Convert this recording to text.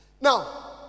Now